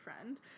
friend